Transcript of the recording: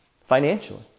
financially